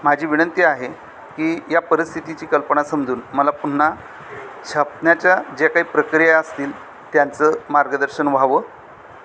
माझी विनंती आहे की या परिस्थितीची कल्पना समजून मला पुन्हा छापण्याच्या जे काही प्रक्रिया असतील त्यांचं मार्गदर्शन व्हावं